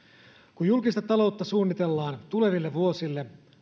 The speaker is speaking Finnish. kun julkista taloutta suunnitellaan tuleville vuosille